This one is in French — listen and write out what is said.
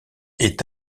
est